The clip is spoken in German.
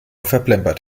verplempert